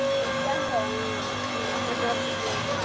দিগদাৰ হয় মাহৰ মূৰত দি দিওঁ আৰু